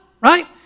Right